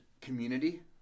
community